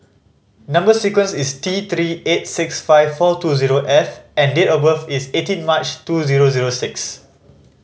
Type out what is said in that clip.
number sequence is T Three eight six five four two zero F and date of birth is eighteen March two zero zero six